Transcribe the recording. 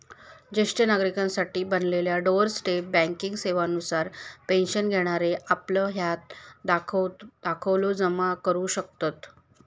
ज्येष्ठ नागरिकांसाठी बनलेल्या डोअर स्टेप बँकिंग सेवा नुसार पेन्शन घेणारे आपलं हयात दाखलो जमा करू शकतत